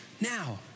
Now